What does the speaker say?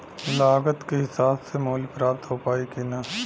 लागत के हिसाब से मूल्य प्राप्त हो पायी की ना?